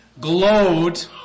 glowed